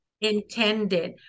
intended